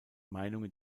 meinungen